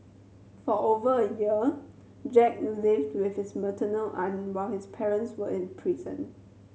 for over a year Jack lived with his maternal aunt while his parents were in prison